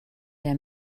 der